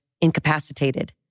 incapacitated